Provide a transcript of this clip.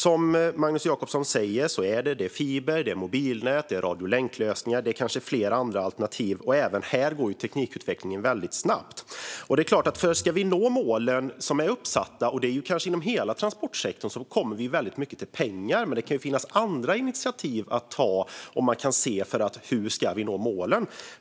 Som Magnus Jacobsson säger är det fiber, mobilnät, radiolänklösningar och kanske flera andra alternativ. Även här går teknikutvecklingen väldigt snabbt. Det är klart att om vi ska nå de uppsatta målen, och det gäller kanske inom hela transportsektorn, handlar det väldigt mycket om pengar. Men det kan ju finnas andra initiativ man kan se och ta för att nå målen.